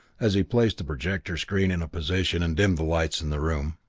as he placed the projector screen in position and dimmed the lights in the room.